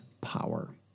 power